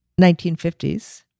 1950s